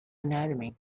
anatomy